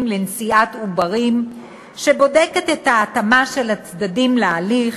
לנשיאת עוברים שבודקת את ההתאמה של הצדדים להליך: